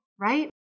right